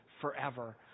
forever